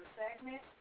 segment